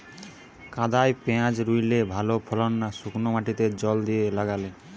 কাদায় পেঁয়াজ রুইলে ভালো ফলন না শুক্নো মাটিতে জল দিয়ে লাগালে?